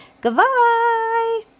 Goodbye